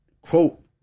Quote